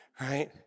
right